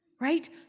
right